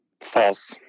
False